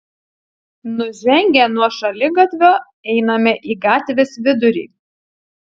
nužengę nuo šaligatvio einame į gatvės vidurį